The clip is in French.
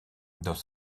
dans